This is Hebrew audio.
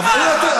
נגמר הזמן.